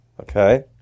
Okay